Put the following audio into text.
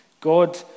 God